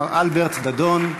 מר אלברט דדון,